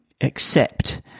accept